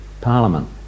parliament